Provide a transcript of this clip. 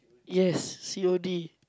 yes C_O_D